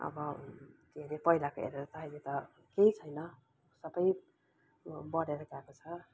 अब के अरे पहिलाको हेरेर त अहिले त केही छैन सबै ब बढेर गएको छ